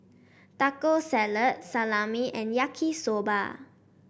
Taco Salad Salami and Yaki Soba